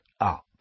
up